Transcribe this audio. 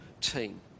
team